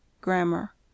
Grammar